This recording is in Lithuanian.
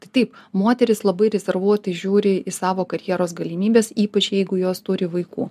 tai taip moterys labai rezervuotai žiūri į savo karjeros galimybes ypač jeigu jos turi vaikų